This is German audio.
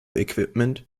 equipment